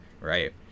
right